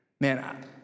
man